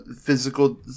physical